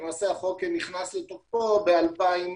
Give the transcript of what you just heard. למעשה החוק נכנס לתוקפו ב-2015.